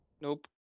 Nope